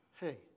Hey